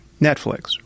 Netflix